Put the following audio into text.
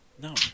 No